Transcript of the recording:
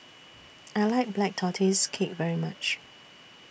I like Black Tortoise Cake very much